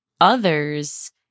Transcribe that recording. others